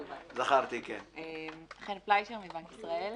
גברתי מבנק ישראל.